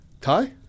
Ty